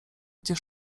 gdzie